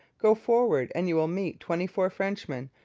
go forward and you will meet twenty-four frenchman,